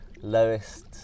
lowest